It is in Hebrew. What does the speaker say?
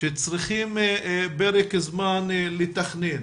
שצריכים פרק זמן לתכנן